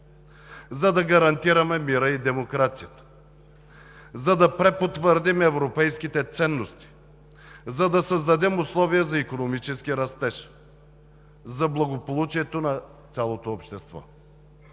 за да гарантираме мира и демокрацията, за да препотвърдим европейските ценности, за да създадем условия за икономически растеж, за благополучието на цялото общество.